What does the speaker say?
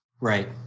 Right